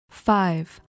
Five